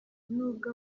nubwo